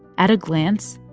at a glance,